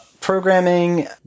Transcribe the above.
programming